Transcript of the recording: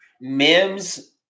Mims